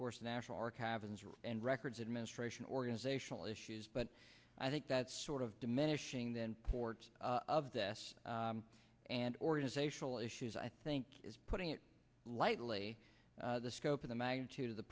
course national our cabins and records administration or zation all issues but i think that sort of diminishing then ports of this and organizational issues i think is putting it lightly the scope of the magnitude of the